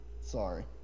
sorry